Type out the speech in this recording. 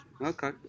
Okay